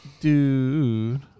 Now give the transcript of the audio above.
Dude